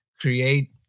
create